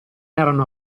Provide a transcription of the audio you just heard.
erano